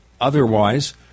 otherwise